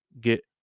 get